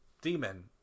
demon